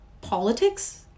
politics